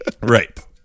Right